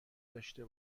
داشته